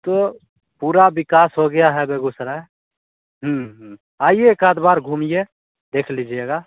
तो पूरा विकास हो गया है बेगूसराय आइए एकाध बार घूमिए देख लीजिएगा